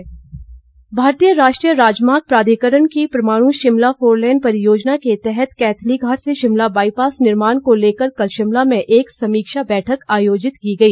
मनीषा नंदा भारतीय राष्ट्रीय राजमार्ग प्राधिकरण की परवाणू शिमला फोरलेन परियोजना के तहत कैथलीघाट से शिमला बाईपास निर्माण को लेकर कल शिमला में एक समीक्षा बैठक आयोजित की गई